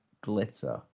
Glitter